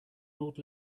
old